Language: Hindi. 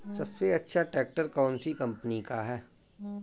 सबसे अच्छा ट्रैक्टर कौन सी कम्पनी का है?